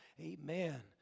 Amen